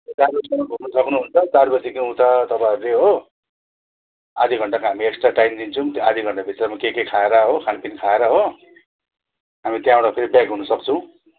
चार बजीसम्म घुम्नु सक्नु हुन्छ चार बजीदेखि उता तपाईँहरूले हो आधी घण्टाको हामी एक्सट्रा टाइम दिन्छौँ त्यो आधी घण्टा भित्र के के खाएर हो खानपिन खाएर हो हामी त्यहाँबाट फेरि ब्याक हुनु सक्छौँ